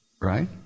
Right